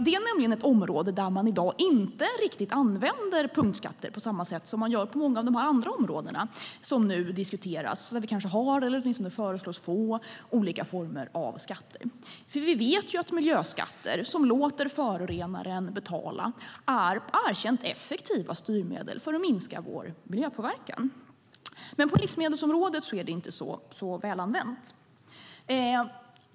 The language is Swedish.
Detta är ett område där man i dag inte riktigt använder punktskatter på samma sätt som man gör på många av de andra områden som nu diskuteras där vi har eller föreslås få olika former av skatter. Vi vet att miljöskatter som låter förorenaren betala är erkänt effektiva styrmedel för att minska vår miljöpåverkan. Men på livsmedelsområdet är det inte så välanvänt.